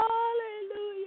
Hallelujah